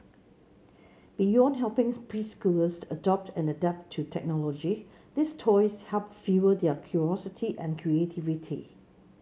beyond helping preschoolers adopt and adapt to technology these toys help fuel their curiosity and creativity